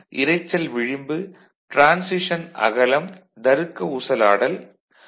அவை இரைச்சல் விளிம்பு டிரான்சிஷன் அகலம் தருக்க ஊசலாடல்